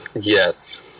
yes